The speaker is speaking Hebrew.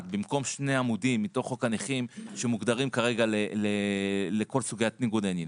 במקום שני עמודים מתוך חוק הנכים שמוגדרים כרגע לכל סוגי ניגוד העניינים.